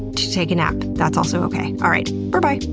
take a nap, that's also okay. all right, berbye!